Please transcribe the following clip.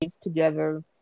together